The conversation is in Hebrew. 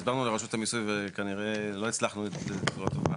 הסברנו לרשות המיסים וכנראה לא הצלחנו לעשות את זה בצורה טובה.